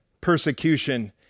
persecution